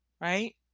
right